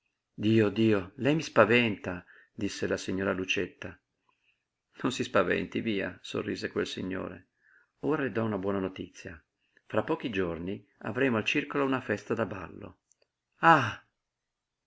dio dio lei mi spaventa disse la signora lucietta non si spaventi via sorrise quel signore ora le do una buona notizia fra pochi giorni avremo al circolo una festa da ballo ah